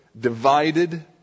divided